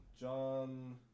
John